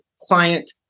client